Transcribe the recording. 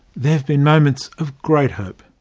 there have been moments of great hope.